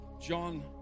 John